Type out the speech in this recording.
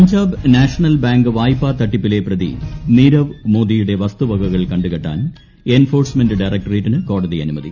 Punjab national bank പ്പായ്പാ തട്ടിപ്പിലെ പ്രതി നീരവ് മോദിയുട്ട് വസ്തുവകകൾ കണ്ടുകെട്ടാൻ എൻഫോഴ്സ്മെന്റ് ഡ്ട്യറ്ക്ടറേറ്റിന് കോടതി അനുമതി